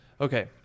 okay